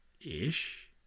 Ish